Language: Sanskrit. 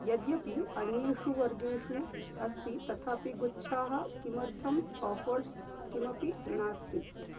यद्यपि अन्येषु वर्गेषु अस्ति तथापि गुच्छाः किमर्थम् आफ़र्स् किमपि नास्ति